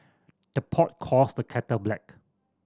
the pot calls the kettle black